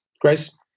Grace